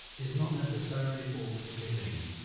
is not necessarily all-forgiving.